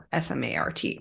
SMART